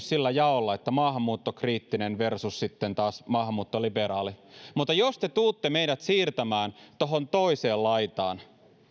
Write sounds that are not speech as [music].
[unintelligible] sillä jaolla että maahanmuuttokriittinen versus sitten taas maahanmuuttoliberaali mutta jos te tulette meidät siirtämään tuohon toiseen laitaan